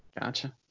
Gotcha